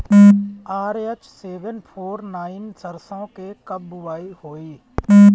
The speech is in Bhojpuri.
आर.एच सेवेन फोर नाइन सरसो के कब बुआई होई?